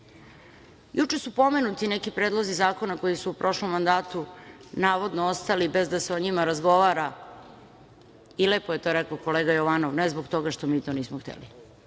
je. Juče su pomenuti neki predlozi zakona koji su u prošlom mandatu navodno ostali bez da se o njima razgovara. Lepo je to rekao kolega Jovanov – ne zbog toga što mi to nismo hteli.